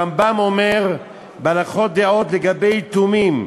הרמב"ם אומר בהלכות דעות לגבי יתומים: